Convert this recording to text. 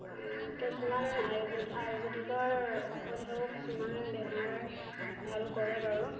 কিছুমান আয়ুৰ্বেদিক আয়ুৰ্বেদিকৰ ঔষধেও কিছুমান বেমাৰ ভাল কৰে বাৰু